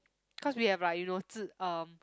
cause we have like you know um